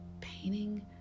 painting